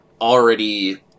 already